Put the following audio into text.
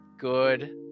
good